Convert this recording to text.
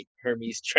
Hermes